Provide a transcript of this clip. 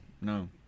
no